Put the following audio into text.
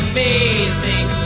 Amazing